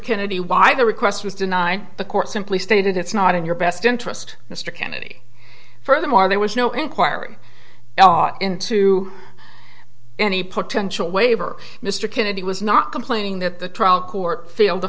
kennedy why the request was denied the court simply stated it's not in your best interest mr kennedy furthermore there was no inquiry into any potential waiver mr kennedy was not complaining that the trial court feel to